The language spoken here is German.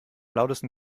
lautesten